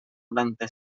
noranta